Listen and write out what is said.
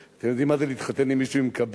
אתם יודעים מה זה להתחתן עם מישהו עם קביים?